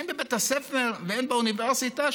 הן בבית הספר והן באוניברסיטה,